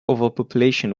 overpopulation